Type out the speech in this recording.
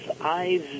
eyes